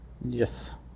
yes